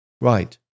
Right